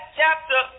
chapter